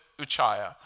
Uchaya